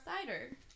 cider